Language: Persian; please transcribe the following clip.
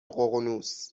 ققنوس